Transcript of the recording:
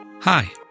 Hi